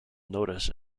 notice